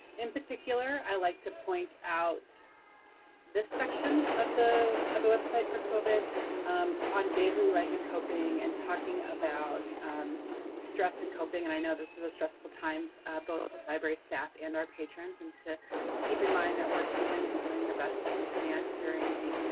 in particular i'd like to point out this section of the of the website for covid on daily life and coping and talking about stress and coping. and i know this is a stressful time both for library staff and our patrons and to keep in mind that we're human and doing the best that we can during a,